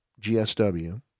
GSW